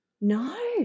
No